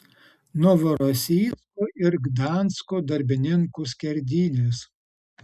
novorosijsko ir gdansko darbininkų skerdynės